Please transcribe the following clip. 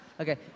Okay